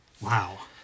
Wow